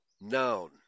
noun